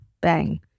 bang